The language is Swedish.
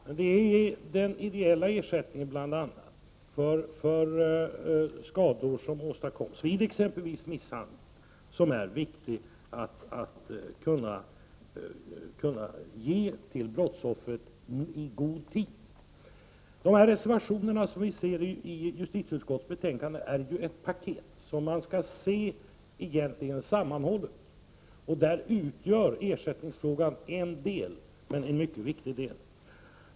Men det är viktigt att i god tid kunna ge bl.a. ideell ersättning till brottsoffer för skador som åstadkoms exempelvis vid misshandel. Reservationerna i justitieutskottets betänkande är ett paket som skall ses sammanhållet. Där utgör ersättningsfrågan en del — men en mycket viktig del.